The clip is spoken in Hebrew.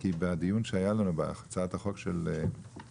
כי בדיון שהיה לנו בהצעת החוק של אוריאל